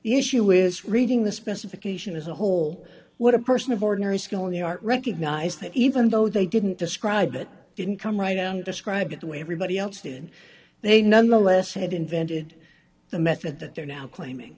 the issue with reading the specification as a whole what a person of ordinary skill in the art recognized that even though they didn't describe it didn't come right out and describe it the way everybody else did they nonetheless had invented the method that they're now claiming